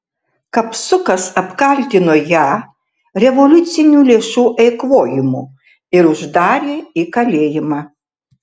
kapsukas apkaltino ją revoliucinių lėšų eikvojimu ir uždarė į kalėjimą